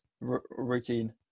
routine